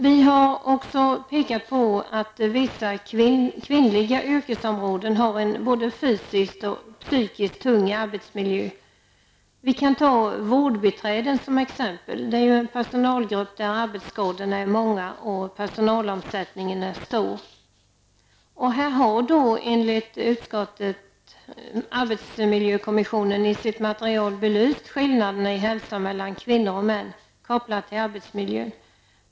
Vi har också pekat på att vissa kvinnliga yrkesområden har en både fysikt och psykiskt tung arbetsmiljö. Vi kan ta vårdbiträden som exempel. Det är ju en personalgrupp där arbetsskadorna är många och personalomsättningen stor. Här har då, enligt utskottet, arbetsmiljökommissionen i sitt material belyst skillnaderna i hälsa mellan kvinnor och män kopplat till arbetsmiljön.